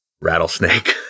rattlesnake